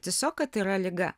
tiesiog kad yra liga